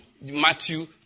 Matthew